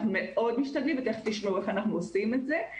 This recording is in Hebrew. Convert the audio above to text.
אנחנו מאוד משתדלים ותיכף תשמעו איך אנחנו עושים את זה,